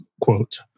quote